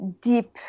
deep